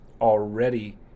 already